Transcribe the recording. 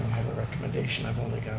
recommendation i've only